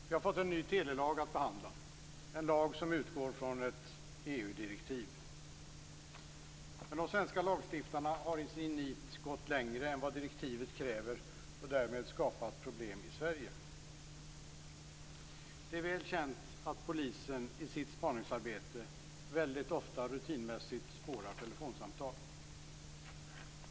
Fru talman! Vi har fått en ny telelag att behandla, en lag som utgår från ett EU-direktiv. Men de svenska lagstiftarna har i sin nit gått längre än vad direktivet kräver och därmed skapat problem i Sverige. Det är väl känt att polisen i sitt spaningsarbete väldigt ofta rutinmässigt spårar telefonsamtal.